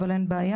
אבל אין בעיה.